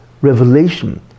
revelation